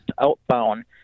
outbound